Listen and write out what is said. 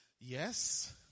Yes